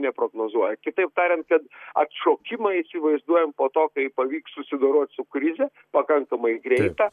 neprognozuoja kitaip tariant kad atšokimą įsivaizduojam po to kai pavyks susidorot su krize pakankamai greitą